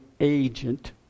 agent